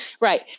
Right